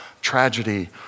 tragedy